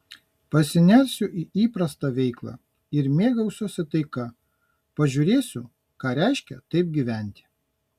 pasinersiu į įprastą veiklą ir mėgausiuosi taika pažiūrėsiu ką reiškia taip gyventi